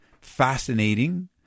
Fascinating